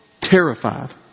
terrified